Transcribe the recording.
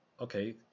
Okay